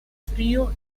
frío